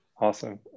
Awesome